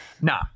Nah